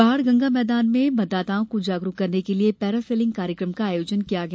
बाणगंगा मैदान में मतदाताओं को जागरुक करने के लिये पैरासिलिंग कार्यक्रम का आयोजन किया गया